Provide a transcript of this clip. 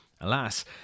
Alas